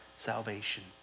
salvation